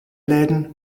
läden